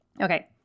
Okay